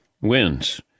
wins